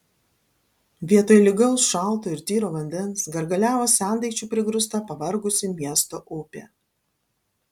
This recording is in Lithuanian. vietoj lygaus šalto ir tyro vandens gargaliavo sendaikčių prigrūsta pavargusi miesto upė